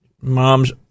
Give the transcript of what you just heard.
mom's